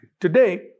Today